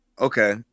Okay